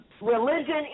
religion